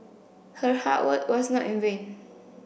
her hard work was not in vain